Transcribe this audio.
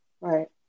right